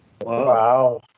wow